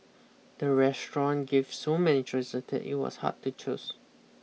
the restaurant gave so many choices that it was hard to choose